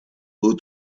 who